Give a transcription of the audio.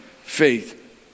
faith